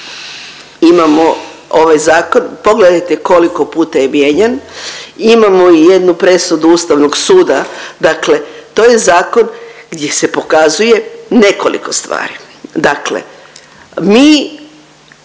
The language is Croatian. imamo ovaj zakon. Pogledajte koliko puta je mijenjan? Imamo i jednu presudu Ustavnog suda. Dakle, to je zakon gdje se pokazuje nekoliko stvari. Dakle, mi